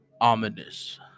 ominous